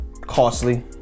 costly